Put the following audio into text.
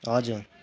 हजुर